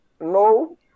no